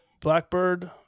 Blackbird